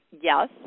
yes